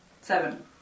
Seven